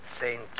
Saint